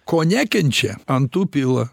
ko nekenčia ant tų pila